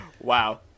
Wow